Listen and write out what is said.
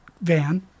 van